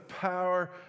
power